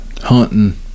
hunting